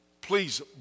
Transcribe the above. please